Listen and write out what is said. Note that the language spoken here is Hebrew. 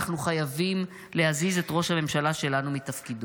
אנחנו חייבים להזיז את ראש הממשלה שלנו מתפקידו.